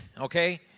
Okay